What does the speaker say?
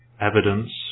evidence